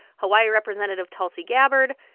hawaii representative tulsi gabbard,